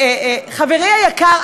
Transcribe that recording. חברי היקר,